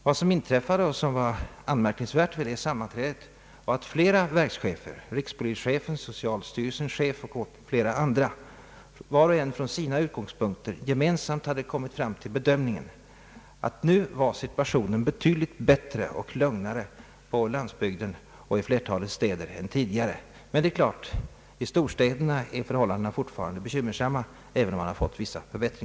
Vad som inträffade och vad som var anmärkningsvärt vid det sammanträdet var att flera verkschefer, rikspolischefen, socialstyrelsens chef och flera andra, var och en från sina utgångspunkter gemensamt hade kommit fram till bedömningen att situationen nu var betydligt bättre och lugnare än tidigare både på landsbygden och i flertalet städer. Men i storstäderna är förhållandena naturligtvis fortfarande bekymmersamma, även om det blivit bättre.